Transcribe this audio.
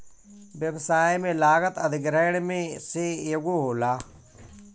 व्यवसाय में लागत अधिग्रहण में से एगो होला